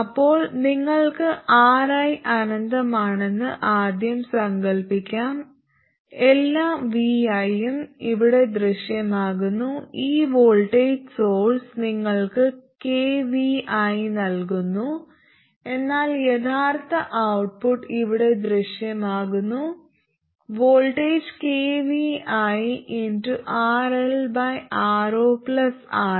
അപ്പോൾ നിങ്ങൾക്ക് Ri അനന്തമാണെന്ന് ആദ്യം സങ്കൽപ്പിക്കാം അതിനാൽ എല്ലാ Vi ഉം ഇവിടെ ദൃശ്യമാകുന്നു ഈ വോൾട്ടേജ് സോഴ്സ് നിങ്ങൾക്ക് kvi നൽകുന്നു എന്നാൽ യഥാർത്ഥ ഔട്ട്പുട്ട് ഇവിടെ ദൃശ്യമാകുന്ന വോൾട്ടേജ് kviRLRoRL